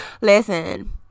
listen